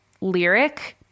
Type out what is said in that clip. lyric